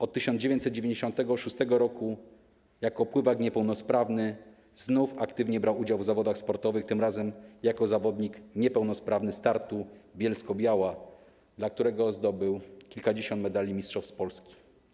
Od 1996 r. jako pływak niepełnosprawny znów aktywnie brał udział w zawodach sportowych, tym razem jako zawodnik niepełnosprawny Startu Bielsko-Biała, dla którego zdobył kilkadziesiąt medali mistrzostw Polski.